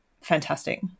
fantastic